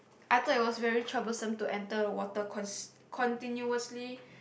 I thought it was very troublesome to enter water cause contiously